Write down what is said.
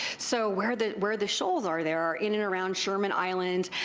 so where the where the shoals are there are in and around sherman island,